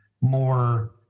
more